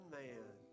man